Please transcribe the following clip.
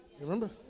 Remember